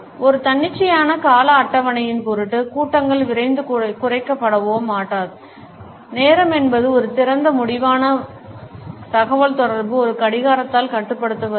ஒரு தன்னிச்சையான கால அட்டவணையின் பொருட்டு கூட்டங்கள் விரைந்துகுறைக்கப்படவோ மாட்டாது நேரம் என்பது ஒரு திறந்த முடிவான வள தகவல் தொடர்பு ஒரு கடிகாரத்தால் கட்டுப்படுத்தப்படுவதில்லை